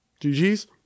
GGs